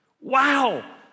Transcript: Wow